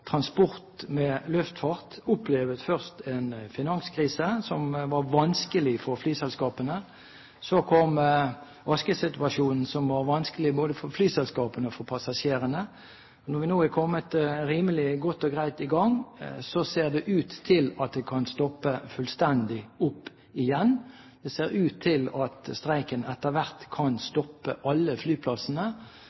transport, først opplevd en finanskrise, som var vanskelig for flyselskapene, så kom askesituasjonen, som var vanskelig både for flyselskapene og for passasjerene, og når vi nå er kommet rimelig godt og greit i gang, ser det ut til at det kan stoppe fullstendig opp igjen. Det ser ut til at streiken etter hvert kan